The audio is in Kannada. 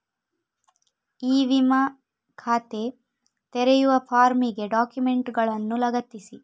ಇ ವಿಮಾ ಖಾತೆ ತೆರೆಯುವ ಫಾರ್ಮಿಗೆ ಡಾಕ್ಯುಮೆಂಟುಗಳನ್ನು ಲಗತ್ತಿಸಿ